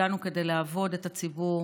הגענו כדי לעבוד את הציבור.